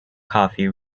coffee